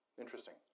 Interesting